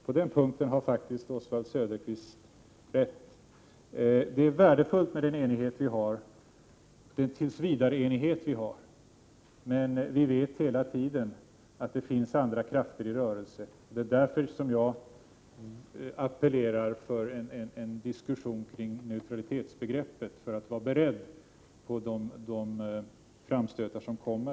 På den punkten har faktiskt Oswald Söderqvist rätt. Den ”tillsvidareenighet” vi har är värdefull, men vi vet att det hela tiden finns andra krafter i rörelse. Det är därför som jag appellerar för en diskussion kring neutralitetsbegreppet, för att vara beredd på de framstötar som kommer.